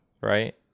right